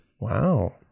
Wow